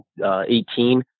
2018